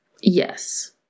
yes